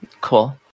Cool